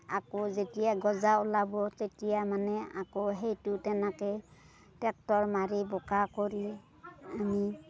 আকৌ যেতিয়া যেতিয়া গজা ওলাব তেতিয়া মানে আকৌ সেইটো তেনেকে ট্ৰেক্টৰ মাৰি বোকা কৰি আমি